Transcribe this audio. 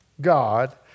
God